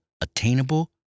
attainable